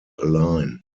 align